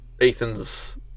Ethan's